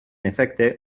efecte